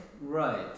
Right